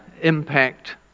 impact